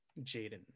Jaden